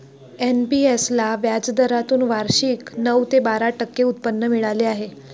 NPS ला व्याजदरातून वार्षिक नऊ ते बारा टक्के उत्पन्न मिळाले आहे